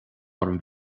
orm